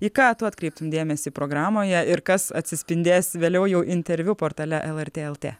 į ką tu atkreiptum dėmesį programoje ir kas atsispindės vėliau jau interviu portale lrt lt